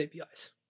APIs